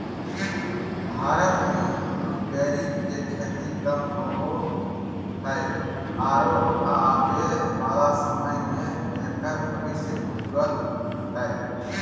भारत में ब्लूबेरी के खेती कम होवअ हई आरो आबे वाला समय में एकर भविष्य उज्ज्वल हई